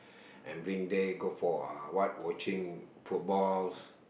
and bring them go for what watching footballs